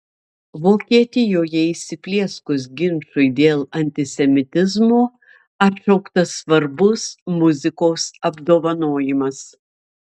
vokietijoje įsiplieskus ginčui dėl antisemitizmo atšauktas svarbus muzikos apdovanojimas